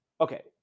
Okay